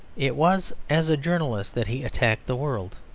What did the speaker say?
it was as a journalist that he attacked the world,